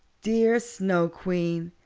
dear snow queen,